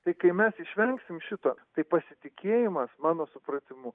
tai kai mes išvengsim šito tai pasitikėjimas mano supratimu